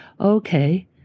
okay